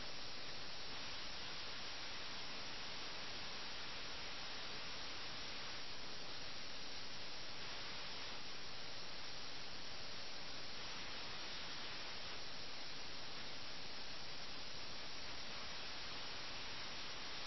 ലോകത്തെവിടെയുമുള്ള ഭീരുത്വത്തിന്റെ ഏറ്റവും മോശമായ രൂപമാണിതെന്ന് അദ്ദേഹം പറയുന്നു ഈ സമാധാനപരമായ ഉറക്കത്തെ ആഖ്യാതാവ് വിമർശിക്കുകയും ചെയ്യുന്നു ഈ കഥയിൽ ധാർമ്മികമായ ഉന്നതസ്ഥാനം വഹിക്കുന്ന മൂന്നാമത്തെ വ്യക്തിയായ ആഖ്യാതാവും നിഷിതമായി വിമർശിക്കുന്നു